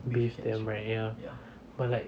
bathe them right ya but like